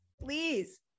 please